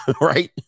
right